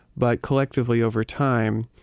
but collectively over time,